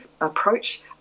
approach